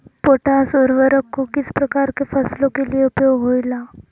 Potash उर्वरक को किस प्रकार के फसलों के लिए उपयोग होईला?